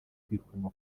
kwirukanwa